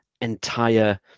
entire